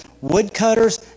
woodcutters